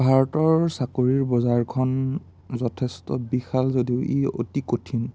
ভাৰতৰ চাকৰিৰ বজাৰখন যথেষ্ট বিশাল যদিও ই অতি কঠিন